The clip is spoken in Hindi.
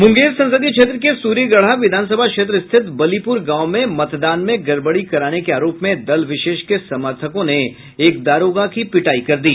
मुंगेर संसदीय क्षेत्र के सूर्यगढ़ा विधानसभा क्षेत्र स्थित बलीपूर गांव में मतदान में गड़बड़ी कराने के आरोप में दल विशेष के समर्थकों ने एक दारोगा की पिटाई कर दी